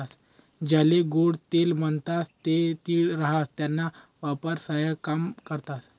ज्याले गोडं तेल म्हणतंस ते तीळ राहास त्याना वापर सयपाकामा करतंस